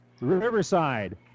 Riverside